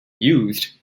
used